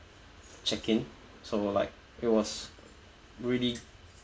check in so like it was really